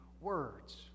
words